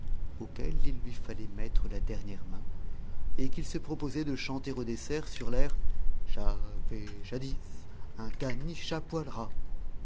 auxquels il lui fallait mettre la dernière main et qu'il se proposait de chanter au dessert sur l'air j'avais jadis un caniche à poil ras